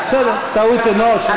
טעות אנוש של,